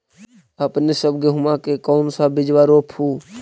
अपने सब गेहुमा के कौन सा बिजबा रोप हू?